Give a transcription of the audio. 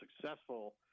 successful